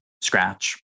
scratch